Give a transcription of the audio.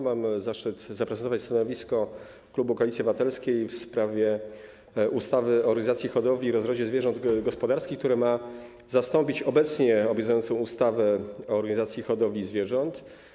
Mam zaszczyt zaprezentować stanowisko klubu Koalicji Obywatelskiej w sprawie ustawy o organizacji hodowli i rozrodzie zwierząt gospodarskich, która ma zastąpić obecnie obowiązującą ustawę o organizacji hodowli zwierząt.